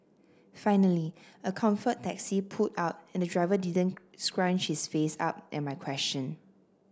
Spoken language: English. finally a Comfort taxi pulled up and the driver didn't scrunch his face up at my question